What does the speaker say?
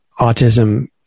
autism